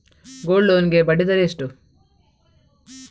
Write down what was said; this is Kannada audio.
ಗೋಲ್ಡ್ ಲೋನ್ ಗೆ ಬಡ್ಡಿ ದರ ಎಷ್ಟು?